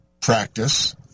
practice